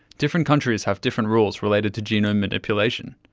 different countries have different rules related to gene ah manipulation,